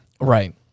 Right